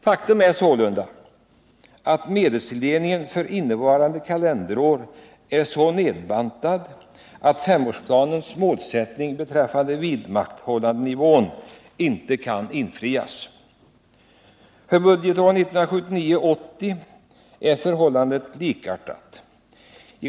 Faktum är sålunda att medelstilldelningen för innevarande kalenderår är så nedbantad att femårsplanens mål beträffande vidmakthållandenivån inte kan uppfyllas. För budgetåret 1979/80 är förhållandet likartat.